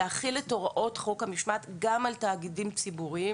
להחיל את הוראות חוק המשמעת גם על תאגידים ציבוריים.